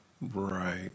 Right